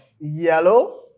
yellow